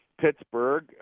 Pittsburgh